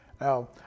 Now